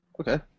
Okay